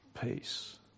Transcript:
peace